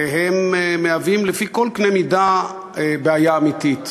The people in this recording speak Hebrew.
והם מהווים, לפי כל קנה מידה, בעיה אמיתית,